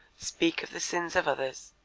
speak of the sins of others,